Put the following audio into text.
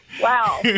Wow